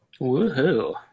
Woohoo